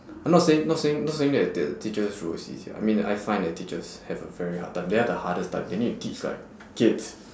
I'm not saying not saying not saying that that the teachers ya I mean I find that teachers have a very hard time they have the hardest time they need to teach like kids